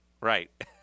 Right